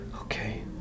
Okay